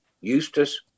Eustace